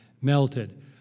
melted